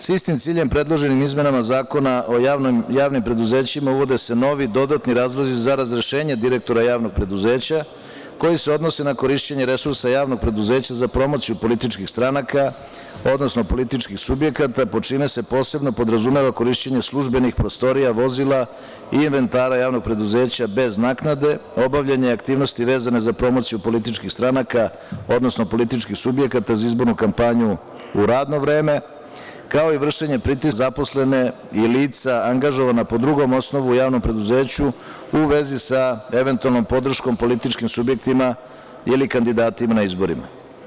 Sa istim ciljem predloženim izmenama Zakona o javnim preduzećima uvode se novi, dodatni razlozi za razrešenje direktora javnog preduzeća koji se odnosi na korišćenje resursa javnog preduzeća za promociju političkih stranaka, odnosno političkih subjekata, pod čime se posebno podrazumeva korišćenje službenih prostorija, vozila i inventara javnog preduzeća bez naknade, obavljanje aktivnosti vezane za promociju političkih stranaka, odnosno političkih subjekata za izbornu kampanju u radno vreme kao i vršenje pritiska na zaposlene i lica angažovana po drugom osnovu u javnom preduzeću u vezi sa eventualnom podrškom političkim subjektima ili kandidatima na izborima.